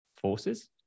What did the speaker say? forces